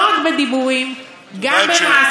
לא רק בדיבורים, גם במעשים.